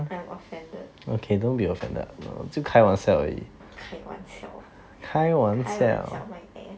I'm offended 开玩笑开玩笑 my ass